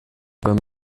beim